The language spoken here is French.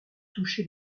toucher